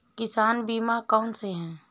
किसान बीमा कौनसे हैं?